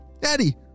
Daddy